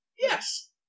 Yes